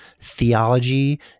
theology